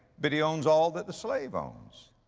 but he owns all that the slave owns.